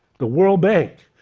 the world bank.